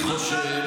יש בעיה?